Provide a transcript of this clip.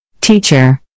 Teacher